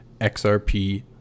XRP